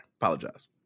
Apologize